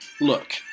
look